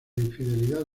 infidelidad